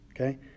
Okay